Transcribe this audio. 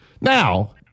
now